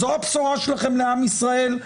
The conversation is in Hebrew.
זו הבשורה שלכם לעם ישראל,